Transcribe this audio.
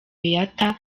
beata